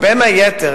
בין היתר,